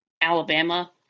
Alabama